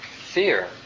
fear